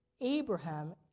Abraham